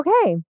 Okay